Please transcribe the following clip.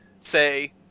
say